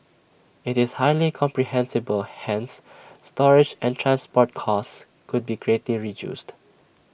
IT is highly compressible hence storage and transport costs could be greatly reduced